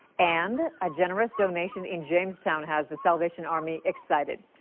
and a generous donation in jamestown has the salvation army excited.